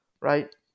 right